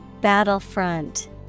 Battlefront